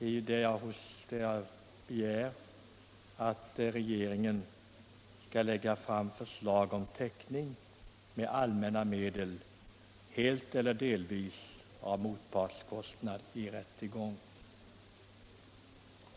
I den begär jag att regeringen skall lägga fram förslag om täckning med allmänna medel helt eller delvis av motpartskostnad i rättegång.